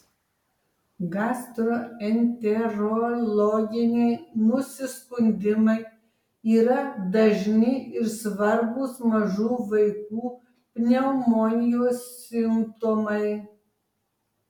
gastroenterologiniai nusiskundimai yra dažni ir svarbūs mažų vaikų pneumonijos simptomai